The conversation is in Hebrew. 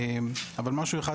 אני רוצה להעלות נושא,